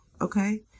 Okay